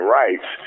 rights